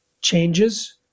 changes